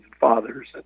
fathers